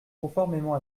conformément